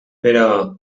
però